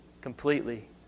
completely